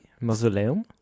Mausoleum